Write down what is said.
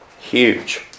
Huge